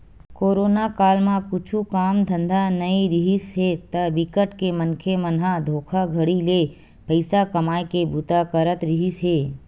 corona काल म कुछु काम धंधा नइ रिहिस हे ता बिकट के मनखे मन ह धोखाघड़ी ले पइसा कमाए के बूता करत रिहिस हे